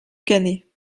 cannet